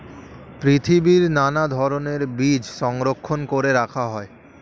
পৃথিবীর নানা ধরণের বীজ সংরক্ষণ করে রাখা হয়